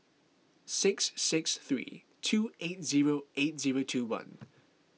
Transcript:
six six three two eight zero eight zero two one